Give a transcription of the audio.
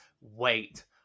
Wait